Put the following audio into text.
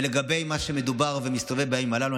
ולגבי מה שמדובר ומסתובב בימים הללו,